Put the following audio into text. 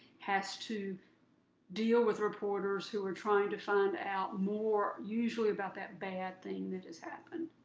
has to deal with reporters who are trying to find out more, usually about that bad thing that has happened.